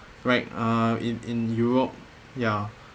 right uh in in europe ya